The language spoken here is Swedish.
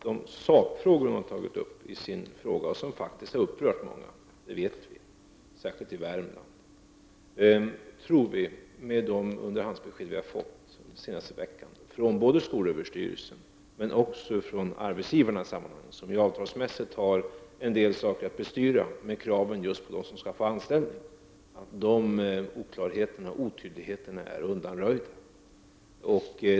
De oklarheter och otydligheter som hon tar uppi sin fråga och som faktiskt har upprört många, särskilt i Värmland, tror vi — med de underhandsbesked som vi har fått den senaste veckan från både SÖ och arbetsgivaren, som ju avtalsmässigt har en del saker att bestyra när det gäller krav på dem som skall få anställning — nu är undanröjda.